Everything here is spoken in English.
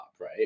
right